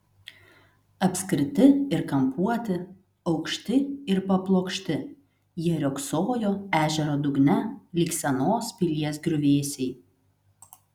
apskriti ir kampuoti aukšti ir paplokšti jie riogsojo ežero dugne lyg senos pilies griuvėsiai